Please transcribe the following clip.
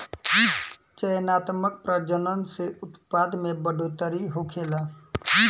चयनात्मक प्रजनन से उत्पादन में बढ़ोतरी होखेला